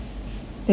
then 谁回来